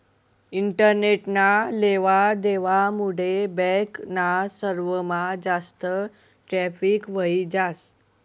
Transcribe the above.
इंटरनेटना लेवा देवा मुडे बॅक ना सर्वरमा जास्त ट्रॅफिक व्हयी जास